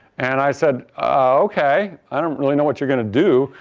and i said okay, i don't really know what you're going to do,